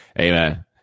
Amen